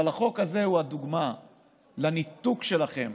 אבל החוק הזה הוא הדוגמה לניתוק שלכם